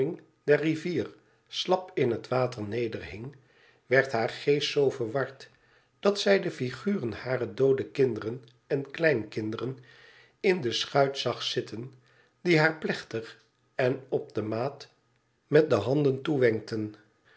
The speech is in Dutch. der rivier slap in het water nederhing werd haar geest zoo verward dat zij de figuren harer doode kinderenen kleinkinderen in de schuit zag zitten die haar plechtig en op de maat met de handen toewenkten